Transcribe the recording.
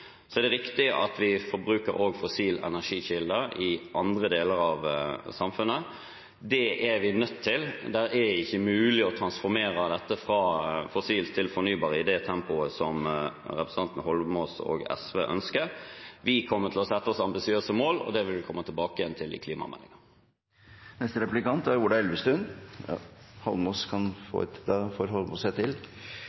så å si 100 pst. fornybar energi. Så er det riktig at vi forbruker også fossile energikilder i andre deler av samfunnet. Det er vi nødt til. Det er ikke mulig å transformere dette fra fossil til fornybar i det tempoet som representanten Eidsvoll Holmås og SV ønsker. Vi kommer til å sette oss ambisiøse mål, og det vil vi komme tilbake til i